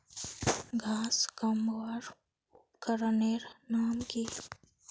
घांस कमवार उपकरनेर नाम की?